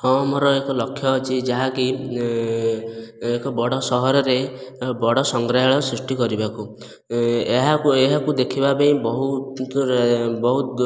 ହଁ ମୋର ଏକ ଲକ୍ଷ ଅଛି ଯାହାକି ଏକ ବଡ଼ ସହରରେ ବଡ଼ ସଂଘ୍ରାଳୟ ସୃଷ୍ଟି କରିବାକୁ ଏହାକୁ ଏହାକୁ ଦେଖିବା ପାଇଁ ବହୁତ ଦୂରେ ବହୁତ